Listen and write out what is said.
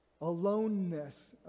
Aloneness